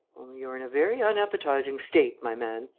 you're in a very unappetizing state, my man.